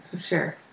Sure